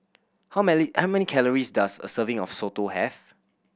how many how many calories does a serving of soto have